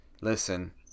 Listen